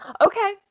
okay